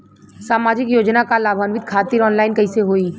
सामाजिक योजना क लाभान्वित खातिर ऑनलाइन कईसे होई?